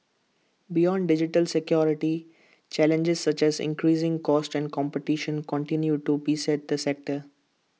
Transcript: beyond digital security challenges such as increasing costs and competition continue to beset the sector